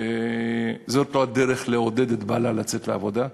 וזאת לא הדרך לעודד את בעלה לצאת לעבודה.